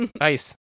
ice